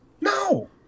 No